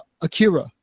akira